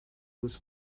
this